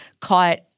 caught